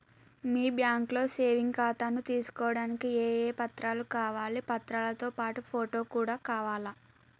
మీ బ్యాంకులో సేవింగ్ ఖాతాను తీసుకోవడానికి ఏ ఏ పత్రాలు కావాలి పత్రాలతో పాటు ఫోటో కూడా కావాలా?